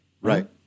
Right